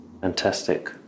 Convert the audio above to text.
Fantastic